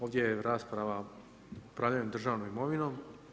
Ovdje je rasprava upravljanje državnom imovinom.